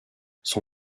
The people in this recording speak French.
son